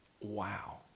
wow